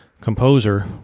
composer